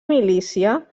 milícia